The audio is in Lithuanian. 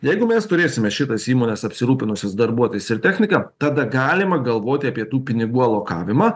jeigu mes turėsime šitas įmones apsirūpinusias darbuotojais ir technika tada galima galvoti apie tų pinigų alokavimą